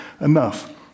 enough